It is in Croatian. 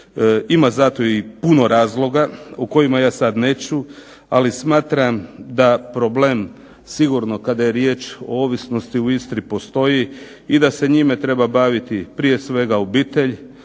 Ima za to i puno razloga o kojima ja sad neću, ali smatram da problem sigurno kada je riječ o ovisnosti u Istri postoji i da se njime treba baviti prije svega obitelj.